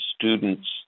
students